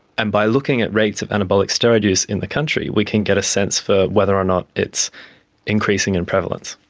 and by looking at rates of anabolic steroid use in the country, we can get a sense for whether or not it's increasing in prevalence.